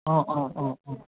অঁ অঁ অঁ